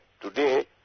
today